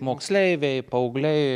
moksleiviai paaugliai